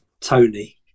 Tony